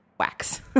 Wax